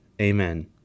Amen